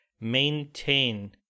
maintain